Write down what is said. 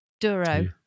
duro